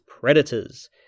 predators